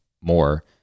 more